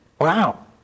Wow